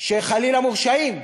שחלילה מורשעים.